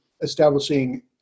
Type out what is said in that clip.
establishing